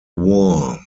war